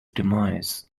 demise